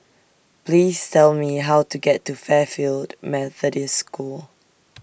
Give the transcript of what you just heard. Please Tell Me How to get to Fairfield Methodist School